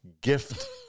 gift